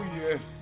yes